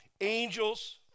angels